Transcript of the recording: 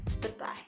goodbye